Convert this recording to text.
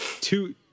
two